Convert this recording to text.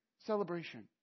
celebration